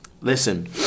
Listen